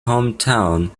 hometown